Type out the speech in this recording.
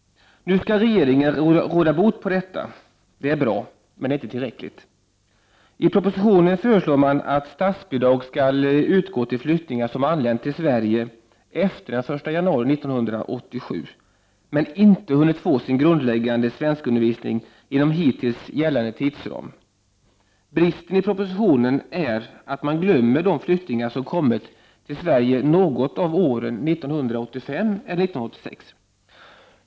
Nu skall regeringen råda bot på detta. Det är bra men inte tillräckligt. I propositionen föreslår man att statsbidrag skall utgå till flyktingar som anlänt till Sverige efter den 1 januari 1987 men inte hunnit få sin grundläggande svenskundervisning inom hittills gällande tidsram. Bristen i propositionen är att man glömmer de flyktingar som har kommit till Sverige något av åren 1985 eller 1986.